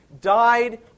died